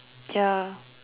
ya